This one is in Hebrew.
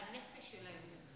ושהנפש שלהם נרצחה.